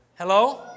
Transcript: Hello